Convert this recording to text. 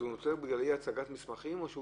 הוא נופל בגלל אי-הצגת מסמכים או שהוא